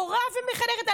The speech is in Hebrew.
מורה ומחנכת,